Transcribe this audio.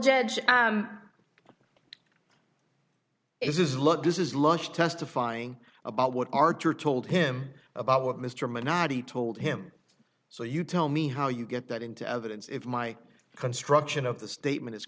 judge is is look this is lunch testifying about what archer told him about what mr minority told him so you tell me how you get that into evidence if my construction of the statement is